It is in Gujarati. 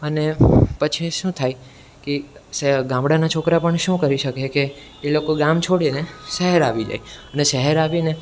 અને પછી શું થાય કે ગામડાના છોકરા પણ શું કરી શકે કે એ લોકો ગામ છોડીને શહેર આવી જાય અને શહેર આવીને